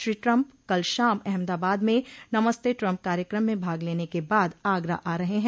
Shri Trump कल शाम अहमदाबाद में नमस्ते ट्रम्प कार्यक्रम में भाग लेने के बाद आगरा आ रहे हैं